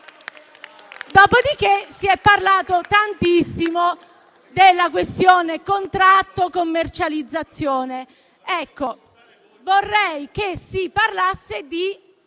Dopodiché, si è parlato tantissimo della questione contratto e commercializzazione.